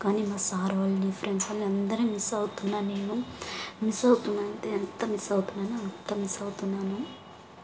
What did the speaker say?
కానీ మా సార్ వోళ్ళని ఫ్రెండ్స్ ని అందర్నీ మిస్ అవుతున్నాను నేను మిస్ అవుతున్నానంటే ఎంత మిస్ అవుతున్నానో అంత మిస్ అవుతున్నాను